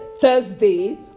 Thursday